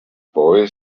boy